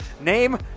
Name